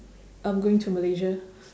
I'm going to malaysia